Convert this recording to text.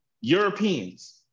Europeans